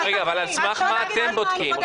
רגע, אבל על סמך מה אתם בודקים?